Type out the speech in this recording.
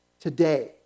today